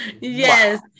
yes